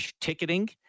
ticketing